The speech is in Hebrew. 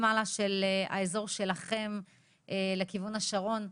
לאזור שלכם לכיוון השרון,